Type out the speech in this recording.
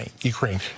Ukraine